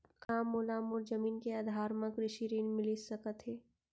का मोला मोर जमीन के आधार म कृषि ऋण मिलिस सकत हे?